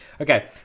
okay